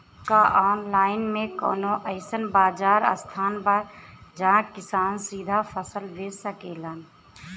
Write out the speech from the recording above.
का आनलाइन मे कौनो अइसन बाजार स्थान बा जहाँ किसान सीधा फसल बेच सकेलन?